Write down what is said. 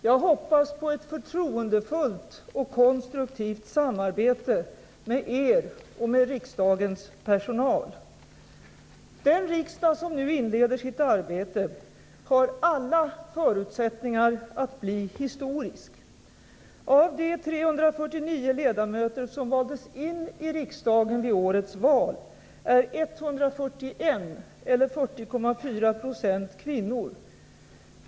Jag hoppas på ett förtroendefullt och konstruktivt samarbete med er och med riksdagens personal. Den riksdag som nu inleder sitt arbete har alla förutsättningar att bli historisk. Av de 349 ledamöter som valdes in i riksdagen vid årets val är 141, eller 40,4 %, kvinnor.